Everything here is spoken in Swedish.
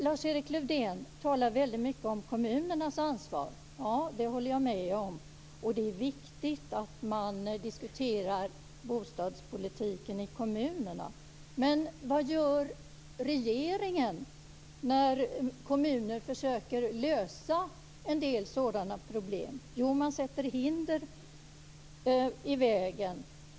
Lars-Erik Lövdén talar väldigt mycket om kommunernas ansvar. Jag håller med om det. Det är viktigt att man diskuterar bostadspolitiken i kommunerna. Men vad gör regeringen när kommuner försöker lösa en del sådana problem? Jo, man sätter hinder i vägen.